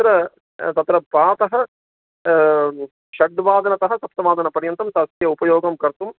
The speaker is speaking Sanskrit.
तत्र तत्र पातः षड्वादनतः सप्तवादनपर्यन्तं तस्य उपयोगं कर्तुं